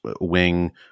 wing